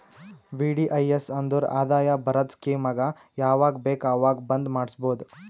VDIS ಅಂದುರ್ ಆದಾಯ ಬರದ್ ಸ್ಕೀಮಗ ಯಾವಾಗ ಬೇಕ ಅವಾಗ್ ಬಂದ್ ಮಾಡುಸ್ಬೋದು